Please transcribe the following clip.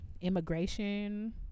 immigration